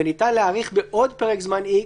וניתן להאריך בעוד פרק זמן X,